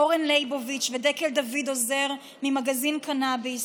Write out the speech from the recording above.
אורן ליבוביץ' ודקל דוד עוזר ממגזין קנביס,